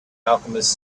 alchemist